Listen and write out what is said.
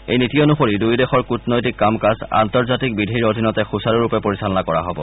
এই নীতি অনুসৰি দুয়োদেশৰ কূটনৈতিক কামকাজ আন্তঃজাৰ্তিক বিধিৰ অধীনতে সুচাৰুৰূপে পৰিচালনা কৰা হব